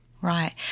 Right